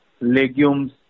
legumes